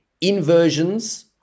inversions